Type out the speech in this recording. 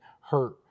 hurt